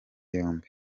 yombi